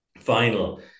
final